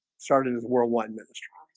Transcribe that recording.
started his worldwide ministry